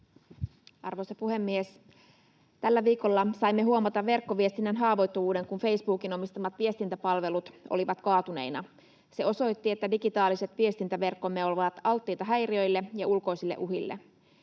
Arvoisa puhemies! Tällä viikolla saimme huomata verkkoviestinnän haavoittuvuuden, kun Facebookin omistamat viestintäpalvelut olivat kaatuneina. Se osoitti, että digitaaliset viestintäverkkomme ovat alttiita häiriöille ja ulkoisille uhille.